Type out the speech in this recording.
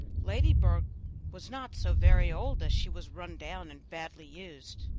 ladybird was not so very old, as she was run down and badly used.